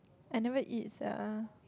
I never eat sia